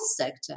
sector